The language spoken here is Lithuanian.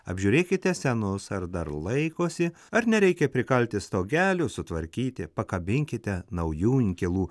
apžiūrėkite senus ar dar laikosi ar nereikia prikalti stogelių sutvarkyti pakabinkite naujų inkilų